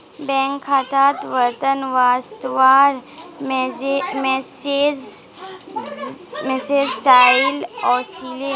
bank खातात वेतन वस्वार मैसेज चाइल ओसीले